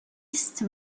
است